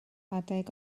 adeg